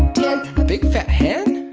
ten big fat hen